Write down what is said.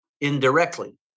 indirectly